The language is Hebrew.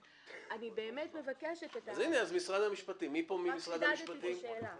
אז הנה, מי פה ממשרד המשפטים?